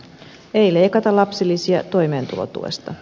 ei leikata lapsilisiä toimeentulotuesta